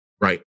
Right